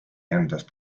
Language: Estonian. endast